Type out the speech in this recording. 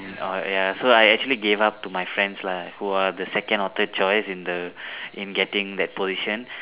on orh ya so I actually gave up to my friends lah who are the second or third choice in the in getting that position